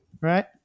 Right